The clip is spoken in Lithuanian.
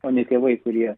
o ne tėvai kurie